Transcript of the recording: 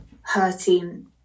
hurting